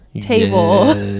table